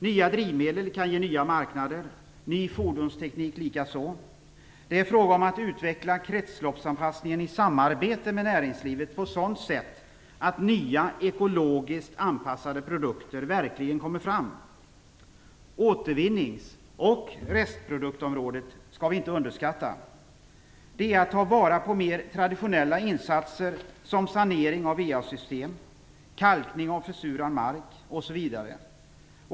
Nya drivmedel kan ge nya marknader, ny fordonsteknik likaså. Det är fråga om att utveckla kretsloppsanpassningen i samarbete med näringslivet på sådant sätt att nya, ekologiskt anpassade produkter verkligen kommer fram. Återvinnings och restproduktområdet skall inte underskattas. Det är att ta vara på mer traditionella insatser, som sanering av VA-system, kalkning av försurad mark osv.